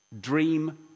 Dream